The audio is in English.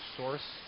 source